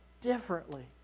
differently